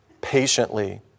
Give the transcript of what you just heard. patiently